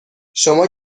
شما